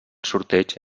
sorteig